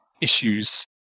issues